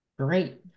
great